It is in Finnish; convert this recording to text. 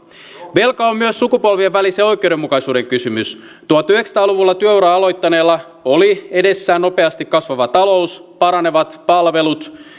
velka on myös sukupolvien välisen oikeudenmukaisuuden kysymys tuhatyhdeksänsataa luvulla työ uran aloittaneella oli edessään nopeasti kasvava talous paranevat palvelut